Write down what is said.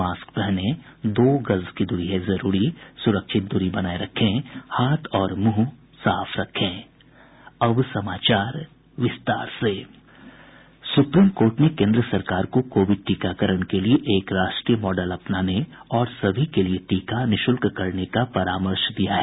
mask पहनें दो गज दूरी है जरूरी सुरक्षित दूरी बनाये रखें हाथ और मुंह साफ रखें अब समाचार विस्तार से सुप्रीम कोर्ट ने केन्द्र सरकार को कोविड टीकाकरण के लिए एक राष्ट्रीय मॉडल अपनाने और सभी के लिए टीका निःशुल्क करने का परामर्श दिया है